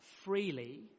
freely